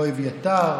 לא אביתר